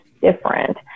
different